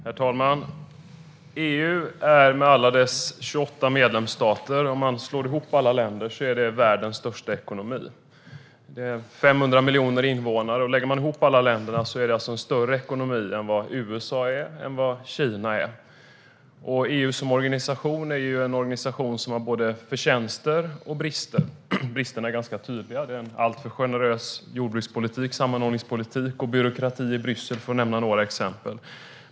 Herr talman! Om man slår ihop alla EU:s 28 medlemsstater är det världens största ekonomi. EU har 500 miljoner invånare, och lägger man ihop alla länderna utgör de alltså en större ekonomi än både USA och Kina. Som organisation har EU både förtjänster och brister. Bristerna är ganska tydliga - alltför generös jordbrukspolitik och sammanhållningspolitik samt byråkratin i Bryssel, för att nämna några exempel.